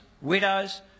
widows